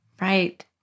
Right